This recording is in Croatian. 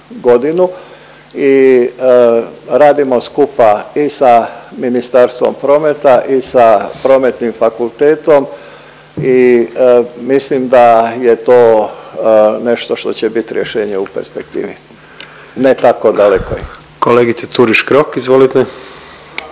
godinu i radimo skupa i sa Ministarstvom prometa i sa Prometnim fakultetom i mislim da je to nešto što će bit rješenje u perspektivi, ne tako dalekoj. **Jandroković,